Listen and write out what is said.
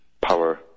power